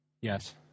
Yes